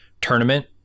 tournament